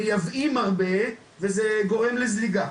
מייבאים הרבה וזה גורם לזליגה.